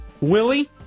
Willie